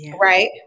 Right